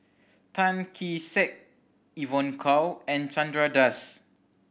Tan Kee Sek Evon Kow and Chandra Das